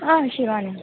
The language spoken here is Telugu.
శివాని